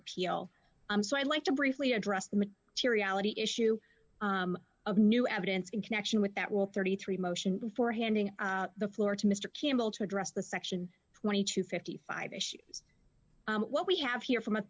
appeal i'm so i'd like to briefly address to reality issue of new evidence in connection with that will thirty three motion before handing the floor to mr kimball to address the section twenty to fifty five issues what we have here from a